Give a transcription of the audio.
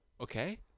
Okay